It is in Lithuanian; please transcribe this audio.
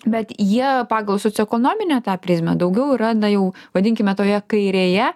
bet jie pagal socioekonominę tą prizmę daugiau yra na jau vadinkime toje kairėje